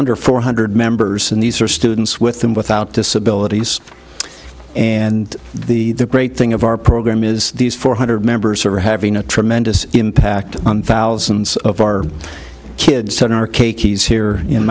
under four hundred members and these are students with them without disabilities and the great thing of our program is these four hundred members are having a tremendous impact on thousands of our kids in our k keys here in